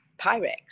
Pyrex